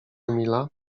emila